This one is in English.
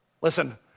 Listen